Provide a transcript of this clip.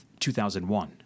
2001